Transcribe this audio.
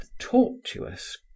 tortuous